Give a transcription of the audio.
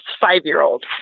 five-year-old